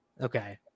Okay